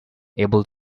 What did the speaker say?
able